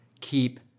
keep